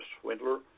swindler